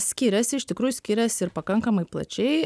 skiriasi iš tikrųjų skiriasi ir pakankamai plačiai